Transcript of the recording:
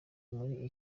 muri